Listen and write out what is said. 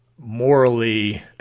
Morally